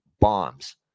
bombs